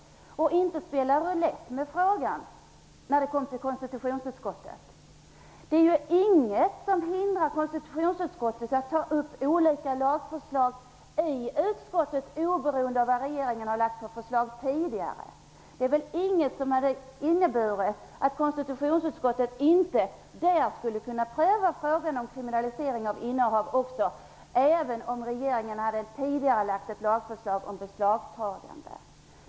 Vi hade inte spelat roulett med frågan i konstitutionsutskottet. Det finns inget som hindrar konstitutionsutskottet att ta upp olika lagförslag i utskottet oberoende av vad regeringen har lagt fram för förslag tidigare. Det finns inget som hindrar att konstitutionsutskottet prövar frågan om kriminalisering av innehav av barnpornografi även om regeringen hade tidigarelagt ett lagförslag om beslagtagande.